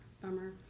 Bummer